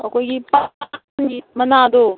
ꯑꯩꯈꯣꯏꯒꯤ ꯃꯅꯥꯗꯣ